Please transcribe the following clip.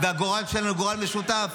והגורל שלנו הוא גורל משותף.